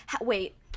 Wait